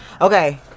okay